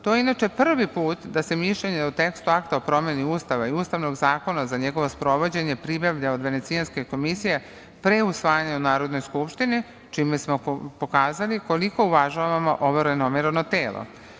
To je inače prvi put da se mišljenje u tekstu akta o promeni Ustava i Ustavnog zakona za njegovo sprovođenje pribavlja od Venecijanske komisije pre usvajanja Narodne skupštine, čime smo pokazali koliko uvažavamo ovo renomirano telo.